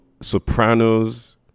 Sopranos